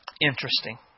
interesting